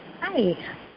Hi